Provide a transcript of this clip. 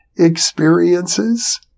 Experiences